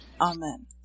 Amen